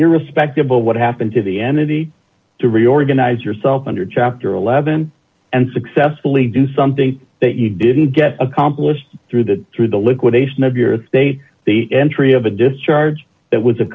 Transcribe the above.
irrespective of what happened to the entity to reorganize yourself under chapter eleven and successfully do something that you didn't get accomplished through that through the liquidation of your day the entry of a discharge that was a